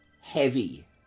heavy